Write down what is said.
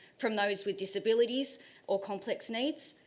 from those with disabilities or complex needs,